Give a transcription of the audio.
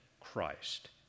Christ